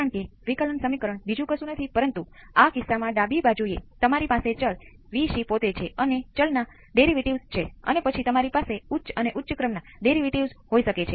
તેથી જો હું ચલોને ડાબી બાજુએ જૂથબદ્ધ કરું અને તમે તેને સામાન્ય સ્વરૂપમાં પણ મુકો તો મને RC C1 મળશે